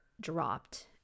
dropped